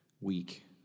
week